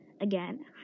Again